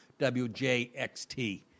WJXT